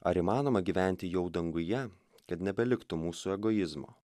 ar įmanoma gyventi jau danguje kad nebeliktų mūsų egoizmo